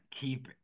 keep